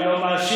אני לא מאשים,